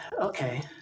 okay